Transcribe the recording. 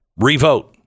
Revote